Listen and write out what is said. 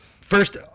first